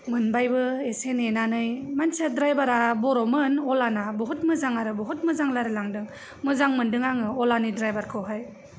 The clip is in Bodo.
मोनबायबो एसे नेनानै मानसिया ड्राइभारा बर'मोन अलाना बुहुत मोजां आरो बुहुत मोजां रालायलांदों मोजां मोनदों आङो अलानि ड्राइभारखौहाय